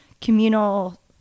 communal